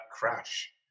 crash